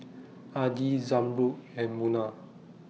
Adi Zamrud and Munah